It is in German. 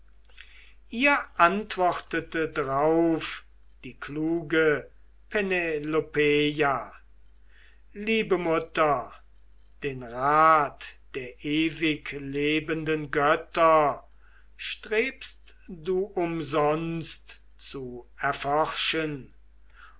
ihr antwortete drauf die kluge penelopeia liebe mutter den rat der ewiglebenden götter strebst du umsonst zu erforschen